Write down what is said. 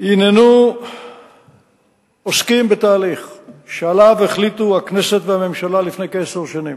הננו עוסקים בתהליך שעליו החליטו הכנסת והממשלה לפני כעשר שנים.